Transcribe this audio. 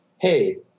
hey